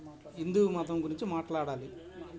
హిందు మతం గురించి మాట్లాడాలి